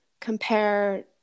compare